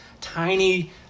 tiny